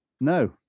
No